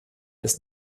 ist